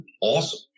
awesome